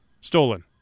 stolen